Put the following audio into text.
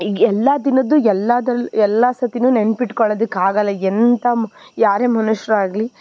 ಈಗ ಎಲ್ಲ ದಿನದ್ದು ಎಲ್ಲದ್ರಲ್ಲಿ ಎಲ್ಲ ಸರ್ತಿನು ನೆನ್ಪಿಟ್ಕೊಳ್ಳೋದಕ್ಕೆ ಆಗಲ್ಲ ಎಂಥ ಮ್ ಯಾರೇ ಮನುಷ್ಯರಾಗ್ಲಿ